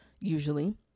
usually